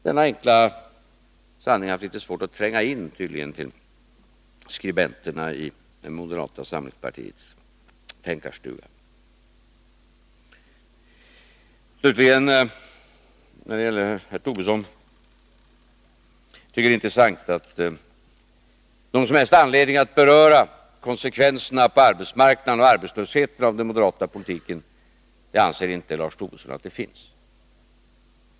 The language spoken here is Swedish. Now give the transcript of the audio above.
Denna enkla sanning har tydligen litet svårt att tränga in hos skribenterna i det moderata samlingspartiets tänkarstuga. Slutligen några ord till när det gäller herr Tobisson. Han anser tydligen inte att det finns någon som helst anledning att beröra konsekvenserna på arbetsmarknaden och när det gäller arbetslösheten av den moderata politiken.